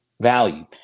value